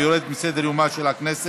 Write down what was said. והיא יורדת מסדר-יומה של הכנסת.